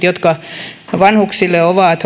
jotka vanhuksille ovat